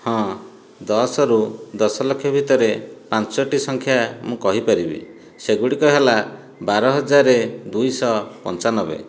ହଁ ଦଶରୁ ଦଶଲକ୍ଷ ଭିତରେ ପାଞ୍ଚଟି ସଂଖ୍ୟା ମୁଁ କହିପାରିବି ସେଗୁଡ଼ିକ ହେଲା ବାରହଜାର ଦୁଇଶହ ପଞ୍ଚାନବେ